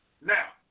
Now